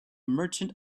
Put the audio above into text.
merchant